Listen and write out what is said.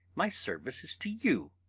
my service is to you.